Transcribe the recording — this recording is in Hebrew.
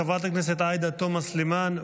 חברת הכנסת עאידה תומא סלימאן.